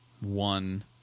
one